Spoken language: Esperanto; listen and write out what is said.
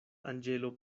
anĝelo